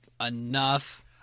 enough